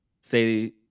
say